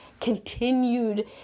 continued